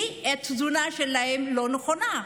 כי התזונה שלהם לא נכונה.